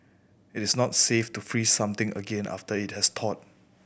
it is not safe to freeze something again after it has thawed